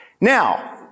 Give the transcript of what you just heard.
Now